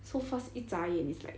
so fast 一眨眼 is like